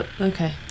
Okay